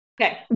Okay